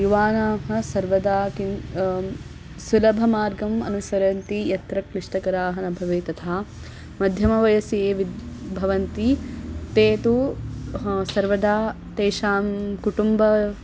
युवानाः सर्वदा किं सुलभमार्गम् अनुसरन्ति यत्र क्लिष्टकराः न भवेत् तथा मध्यमवयसि ये विद्यन्ते भवन्ति ते तु ह सर्वदा तेषां कुटुम्बः